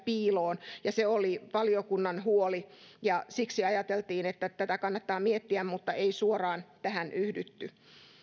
piiloon ja se oli valiokunnan huoli siksi ajateltiin että tätä kannattaa miettiä mutta ei suoraan tähän yhdytty